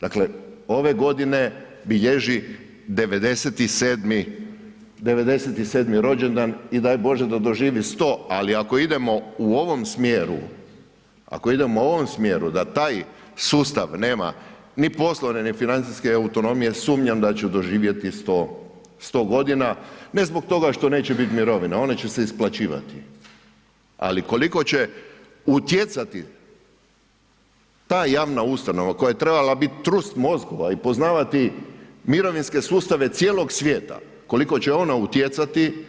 Dakle ove godine bilježi 97. rođendan i daj Bože da doživi 100, ali ako idemo u ovom smjeru, ako idemo u ovom smjeru da taj sustav nema ni poslovne ni financijske autonomije, sumnjam da će doživjeti 100 godina, ne zbog toga što neće biti mirovina, one će se isplaćivati ali koliko će utjecati ta javna ustanova koja je trebala biti trust mozgova i poznavati mirovinske sustave cijelog svijeta, koliko će ona utjecati